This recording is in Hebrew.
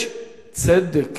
יש צדק